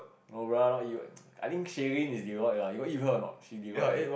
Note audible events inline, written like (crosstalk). oh bruh not you (noise) I think Sherlene is Deloitte lah you got eat with her or not she in Deloitte leh